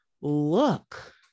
look